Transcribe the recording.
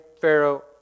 Pharaoh